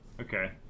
Okay